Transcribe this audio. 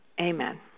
Amen